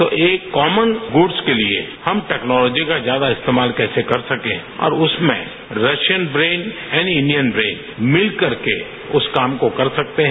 तो एक common goods के लिए हम टेक्नोलॉजी का ज्यादा इस्तेमाल कैसे कर सके और उसमें Russian brain and Indian brain मिल करके उस काम को कर सकते हैं